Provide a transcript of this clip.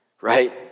Right